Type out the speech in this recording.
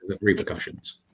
repercussions